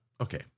Okay